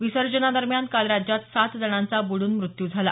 विसर्जनादरम्यान काल राज्यात सात जणांचा बुडून मृत्यू झाला